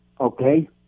okay